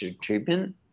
treatment